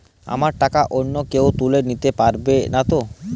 আমার টাকা অন্য কেউ তুলে নিতে পারবে নাতো?